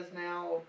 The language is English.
now